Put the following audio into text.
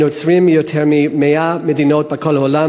נוצרים מיותר מ-100 מדינות בכל העולם,